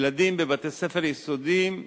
ילדים בבתי-ספר יסודיים,